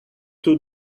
too